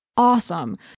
Awesome